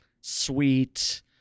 sweet